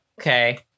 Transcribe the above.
okay